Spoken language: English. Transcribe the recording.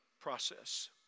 process